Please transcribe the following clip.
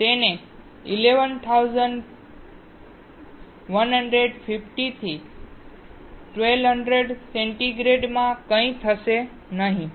તેને 1150 થી 1200 ડિગ્રી સેન્ટીગ્રેડમાં કંઈ થશે નહીં